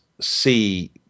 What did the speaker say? see